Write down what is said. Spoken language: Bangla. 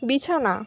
বিছানা